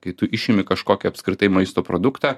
kai tu išimi kažkokį apskritai maisto produktą